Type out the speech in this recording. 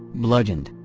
bludgeoned,